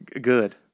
Good